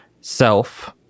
self